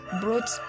brought